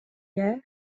guerre